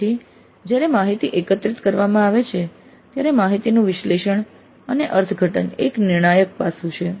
તેથી જ્યારે માહિતી એકત્રિત કરવામાં આવે છે ત્યારે માહિતીનું વિશ્લેષણ અને અર્થઘટન એ એક નિર્ણાયક પાસું છે